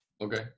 okay